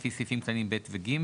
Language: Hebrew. לפי סעיפים (ב) ו-(ג),